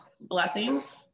blessings